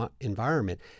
environment